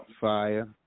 fire